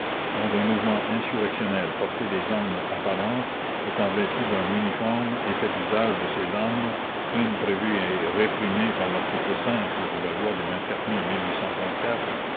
dans un mouvement insurrectionnel porté des armes apparentes étant vêtue d'un uniforme et fait usage de ses armes crime prévu et réprimé par larticle de la loi du mai